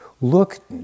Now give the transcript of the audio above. look